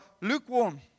lukewarm